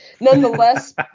nonetheless